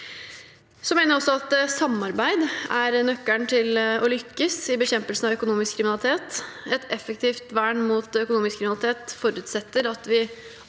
Jeg mener at samarbeid er nøkkelen til å lykkes i bekjempelsen av økonomisk kriminalitet. Et effektivt vern mot økonomisk kriminalitet forutsetter at vi